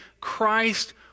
Christ